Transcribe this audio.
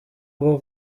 bwo